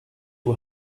you